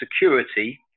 security